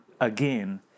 again